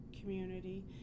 community